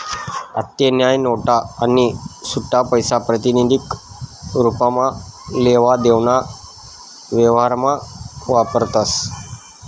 आत्तेन्या नोटा आणि सुट्टापैसा प्रातिनिधिक स्वरुपमा लेवा देवाना व्यवहारमा वापरतस